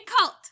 cult